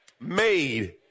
made